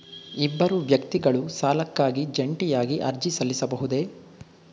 ಇಬ್ಬರು ವ್ಯಕ್ತಿಗಳು ಸಾಲಕ್ಕಾಗಿ ಜಂಟಿಯಾಗಿ ಅರ್ಜಿ ಸಲ್ಲಿಸಬಹುದೇ?